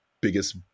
biggest